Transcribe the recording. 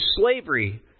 slavery